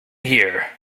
here